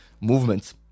movements